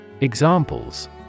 Examples